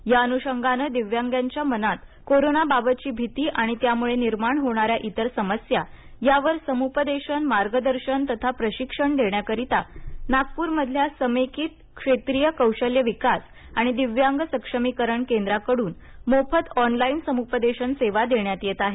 या अनुषंगाने दिव्यांगांच्या मनात कोरोना बाबतची भिती आणि त्यामुळे निर्माण होणाऱ्या इतर समस्या यावर समुपदेशन मार्गदर्शन तथा प्रशिक्षण देण्याकरिता नागपूरमधल्या समेकित क्षेत्रिय कौशल्य विकास आणि दिव्यांग सक्षमीकरण केंद्रांकडून मोफत ऑनलाईन समुपदेशन सेवा देण्यात येत आहेत